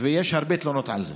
יש הרבה תלונות על זה.